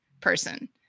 person